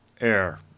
air